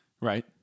Right